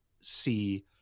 see